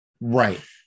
right